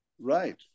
Right